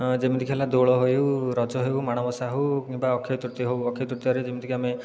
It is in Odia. ହଁ ଯେମିତି କି ଦୋଳ ହେଉ ରଜ ହେଉ ମାଣବସା ହେଉ କିମ୍ବା ଅକ୍ଷୟ ତୃତୀୟା ହେଉ ଅକ୍ଷୟ ତୃତୀୟାରେ ଯେମିତିକି ଆମେ